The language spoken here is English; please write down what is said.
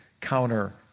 counter